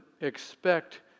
expect